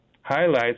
highlights